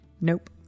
nope